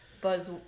buzz